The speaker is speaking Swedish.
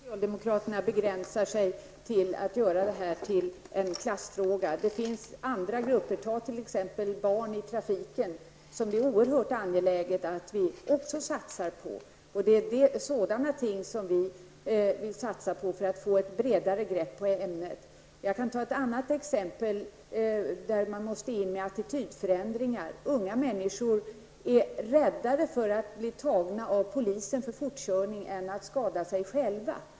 Herr talman! Jag tycker fortfarande att socialdemokraterna begränsar sig till att göra de här till en klassfråga. Det finns andra grupper, t.ex. barn i trafiken, som det är oerhört angeläget att vi också satsar på. Det är sådana ting som vi vill satsa på för att få ett bredare grepp på ämnet. Jag kan ta ett annat exempel där man måste åstadkomma attitydförändringar. Unga människor är räddare för att bli tagna av polisen för fortkörning, än för att skada sig själva.